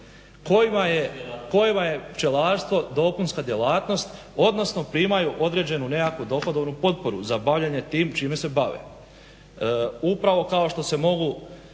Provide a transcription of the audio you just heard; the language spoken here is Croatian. kojima je pčelarstvo dopunska djelatnost odnosno primaju određenu nekakvu dohodovnu potporu za bavljenje tim čime se bave. Upravo kao što se mogu